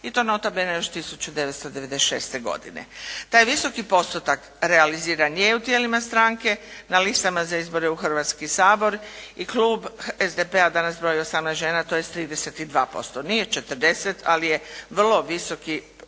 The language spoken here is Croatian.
i to nota bene još 1996. godine. Taj visoki postotak realiziran je u tijelima stranke, na listama za izbore u Hrvatski sabor i klub SDP-a danas broji 18 žena, tj. 32%, nije 40, ali je vrlo visoki postotak